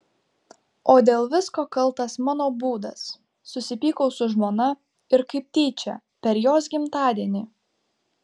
o dėl visko kaltas mano būdas susipykau su žmona ir kaip tyčia per jos gimtadienį